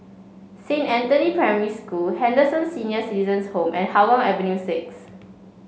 Saint Anthony Primary School Henderson Senior Citizens' Home and Hougang Avenue six